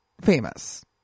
famous